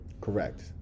correct